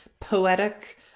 poetic